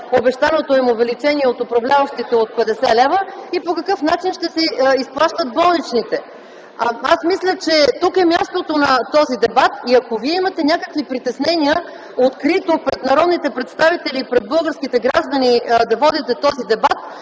обещаното им увеличение от управляващите от 50 лв. и по какъв начин ще се изплащат болничните. Аз мисля, че тук е мястото на този дебат и ако Вие имате някакви притеснения открито пред народните представители и пред българските граждани да го водите, това е